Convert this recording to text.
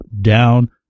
down